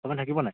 আপুনি থাকিবনে